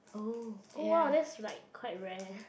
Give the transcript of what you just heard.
oh oh !wow! that's like quite rare